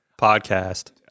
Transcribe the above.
podcast